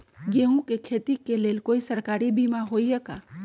गेंहू के खेती के लेल कोइ सरकारी बीमा होईअ का?